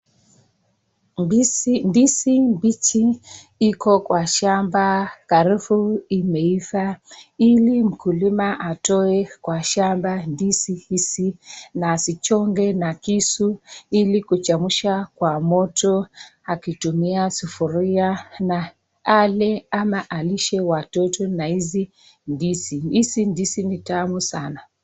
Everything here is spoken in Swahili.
Ndizi mbichi iko kwa shamba karibu inaiva ili mkulima atoe kwa shamba ndizi hizi, na azichonge na kisu ili kuchemsha kwa moto akitumia sufuria na ale ama alishe watoto na hizi ndizi, hizi ndizi ni tamu sana.